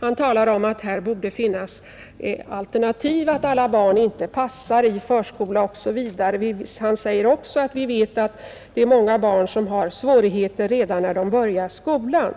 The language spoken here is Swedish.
Han talar om att det här borde finnas alternativ, att alla barn inte passar i förskola osv. Han säger också att vi vet att många barn har svårigheter redan när de börjar skolan.